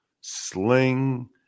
Sling